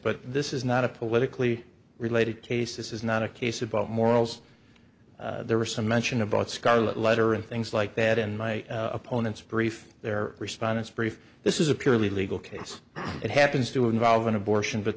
but this is not a politically related case this is not a case about morals there were some mention about scarlet letter and things like that in my opponent's brief their response brief this is a purely legal case it happens to involve an abortion but